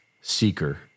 Seeker